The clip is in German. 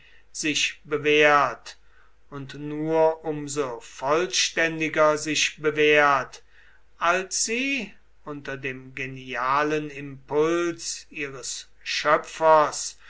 sich bewährt und nur um so vollständiger sich bewährt als sie unter dem genialen impuls ihres schöpfers